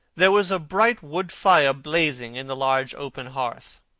there was a bright wood fire blazing in the large open hearth.